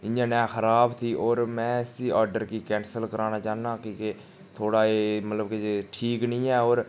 इयां ने खराब थी होर मैं उसी आर्डर गी कैन्सल कराना चाहन्नां क्योंकि थोह्ड़ा एह् मतलब की जे ठीक नी ऐ होर